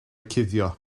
cuddio